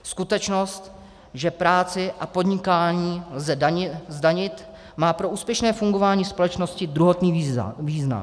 Skutečnost, že práci a podnikání lze zdanit, má pro úspěšné fungování společnosti druhotný význam.